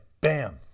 bam